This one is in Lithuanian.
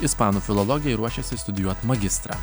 ispanų filologiją ir ruošiasi studijuot magistrą